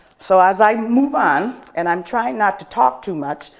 so as i move on, and i'm trying not to talk too much,